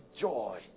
joy